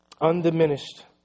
Undiminished